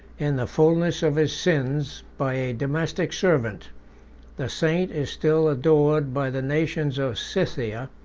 in the fullness of his sins, by a domestic servant the saint is still adored by the nations of scythia,